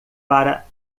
para